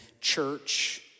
church